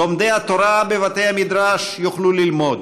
לומדי התורה בבתי המדרש יוכלו ללמוד,